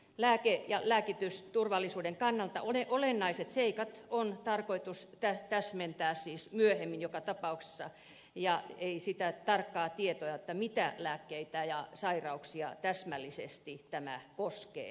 lääke ja lääkitysturvallisuuden kannalta olennaiset seikat on tarkoitus täsmentää siis myöhemmin joka tapauksessa ja ei ole tarkkaa tietoa mitä lääkkeitä ja sairauksia täsmällisesti tämä koskee